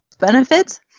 Benefits